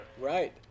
Right